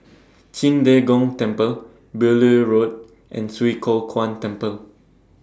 Qing De Gong Temple Beaulieu Road and Swee Kow Kuan Temple